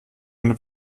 eine